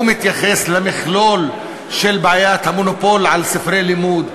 הוא מתייחס למכלול של בעיית המונופול על ספרי לימוד.